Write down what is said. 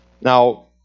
Now